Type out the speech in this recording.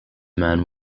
men